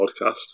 podcast